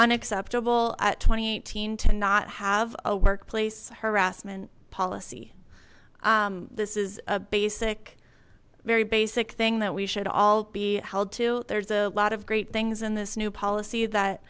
unacceptable at two thousand and eighteen to not have a workplace harassment policy this is a basic very basic thing that we should all be held to there's a lot of great things in this new policy that